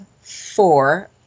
four